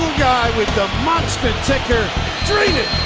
the monster ticker treated